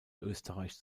österreich